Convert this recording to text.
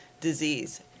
disease